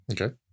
Okay